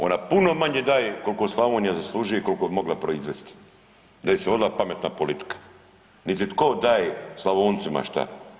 Ona puno manje daje koliko Slavonija zaslužuje i koliko bi mogla proizvesti da je se vodila pametna politika niti tko daje Slavoncima šta.